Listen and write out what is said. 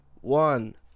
one